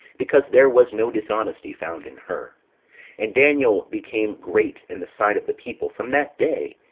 because there was no dishonesty found in her and daniel became great in the sight of the people from that day,